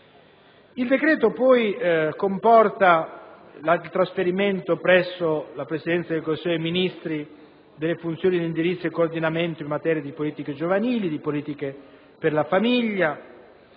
Il decreto comporta il trasferimento presso la Presidenza del Consiglio dei ministri delle funzioni di indirizzo e coordinamento in materia di politiche giovanili e di politiche per la famiglia.